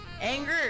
anger